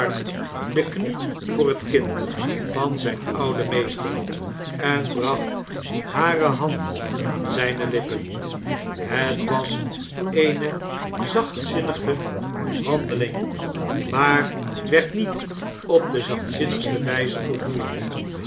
de knie voor het kind van zijn ouden meester en bracht hare hand aan zjjne lippen het was eene zachtzinnige handeling maar werd niet op de zachtzinnigste wijze volvoerd